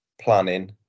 planning